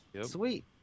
Sweet